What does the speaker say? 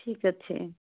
ଠିକ୍ ଅଛି